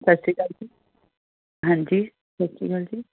ਸਤਿ ਸ਼੍ਰੀ ਅਕਾਲ ਜੀ ਹਾਂਜੀ ਸਤਿ ਸ਼੍ਰੀ ਅਕਾਲ ਜੀ